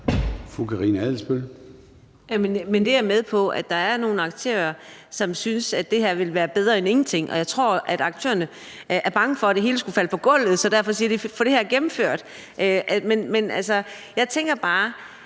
Jeg er med på, at der er nogle aktører, som synes, at det her vil være bedre end ingenting. Og jeg tror, at aktørerne er bange for, at det hele skal falde på gulvet, så derfor siger de: Få det her gennemført! Men altså, jeg tænker bare,